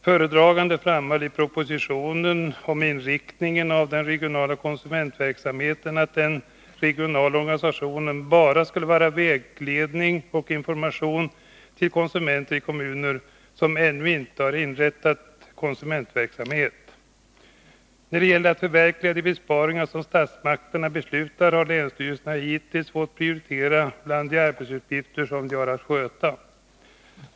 Föredraganden framhöll i prop. 1978/79:57 om inriktning av den regionala konsumentpolitiska verksamheten att den regionala organisationen bara skall ge vägledning och information till konsumenter i kommuner som ännu inte har inrättat konsumentverksamhet. När det gäller att förverkliga de besparingar som statsmakterna beslutar har länsstyrelserna hittills fått prioritera bland de arbetsuppgifter som de har att sköta.